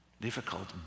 difficult